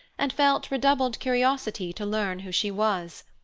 and felt redoubled curiosity to learn who she was.